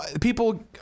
people